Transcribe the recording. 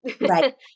Right